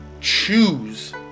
choose